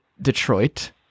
Detroit